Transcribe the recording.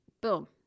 Boom